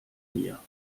mir